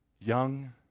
young